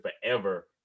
forever